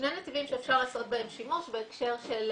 יש שני נתיבים שאפשר לעשות בהם שימוש בהקשר של